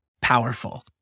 powerful